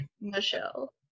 michelle